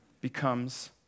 becomes